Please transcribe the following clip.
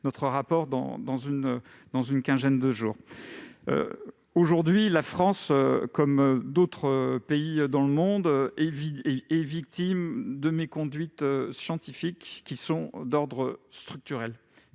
notre rapport dans une quinzaine de jours. Aujourd'hui, la France, comme d'autres pays dans le monde, est victime de méconduites scientifiques. Ces dernières